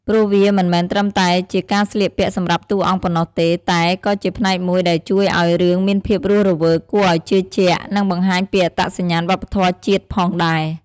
ព្រោះវាមិនមែនត្រឹមតែជាការស្លៀកពាក់សម្រាប់តួអង្គប៉ុណ្ណោះទេ តែក៏ជាផ្នែកមួយដែលជួយឲ្យរឿងមានភាពរស់រវើក គួរឱ្យជឿជាក់ និងបង្ហាញពីអត្តសញ្ញាណវប្បធម៌ជាតិផងដែរ ។